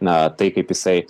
na tai kaip jisai